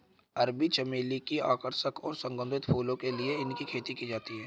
अरबी चमली की आकर्षक और सुगंधित फूलों के लिए इसकी खेती की जाती है